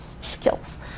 skills